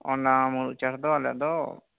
ᱚᱱᱟ ᱢᱩᱲᱩᱫ ᱪᱟᱥ ᱫᱚ ᱟᱞᱮᱭᱟᱜ ᱫᱚ